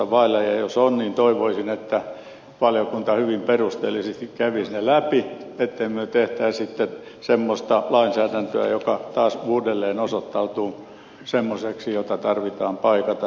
jos on niin toivoisin että valiokunta hyvin perusteellisesti kävisi ne läpi ettemme tekisi sitten semmoista lainsäädäntöä joka taas uudelleen osoittautuu semmoiseksi jota tarvitsee paikata